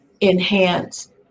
enhance